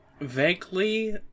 vaguely